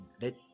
let